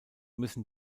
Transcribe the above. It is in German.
müssen